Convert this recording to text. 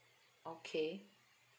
okay